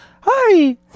Hi